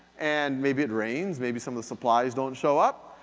and maybe it rains, maybe some of the supplies don't show up.